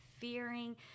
fearing